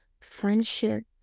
friendship